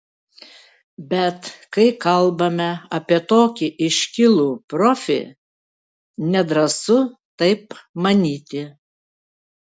bet kai kalbame apie tokį iškilų profį nedrąsu taip manyti